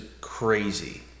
crazy